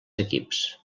equips